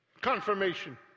Confirmation